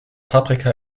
paprika